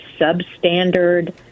substandard